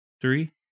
Three